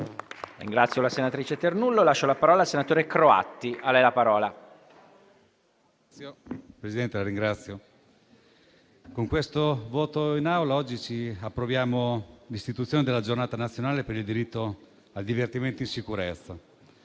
Signor Presidente, con questo voto in Aula oggi approviamo l'istituzione della Giornata nazionale per il diritto al divertimento in sicurezza,